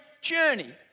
journey